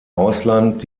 ausland